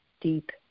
deep